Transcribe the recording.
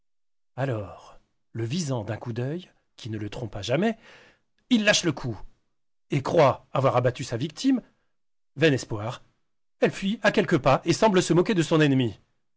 alors le visant d'un coup d'oeil qui ne le trompa jamais il lâche le coup et croit avoir abattu sa victime vain espoir elle fuit à quelque pas et semble se moquer de son ennemi